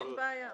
אין בעיה.